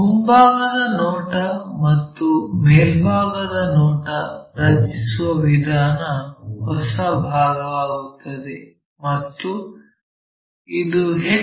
ಮುಂಭಾಗದ ನೋಟ ಮತ್ತು ಮೇಲ್ಭಾಗದ ನೋಟ ರಚಿಸುವ ವಿಧಾನ ಹೊಸ ಭಾಗವಾಗುತ್ತದೆ ಮತ್ತು ಇದು ಎಚ್